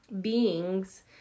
beings